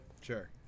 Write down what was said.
Sure